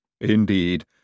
Indeed